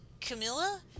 Camilla